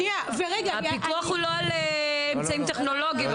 את אומרת שהפיקוח הוא לא על אמצעים טכנולוגיים.